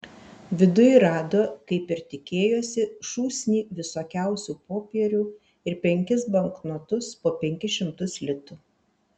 viduj rado kaip ir tikėjosi šūsnį visokiausių popierių ir penkis banknotus po penkis šimtus litų